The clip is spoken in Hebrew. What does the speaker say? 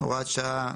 (הוראת שעה),